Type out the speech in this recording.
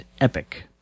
epic